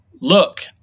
look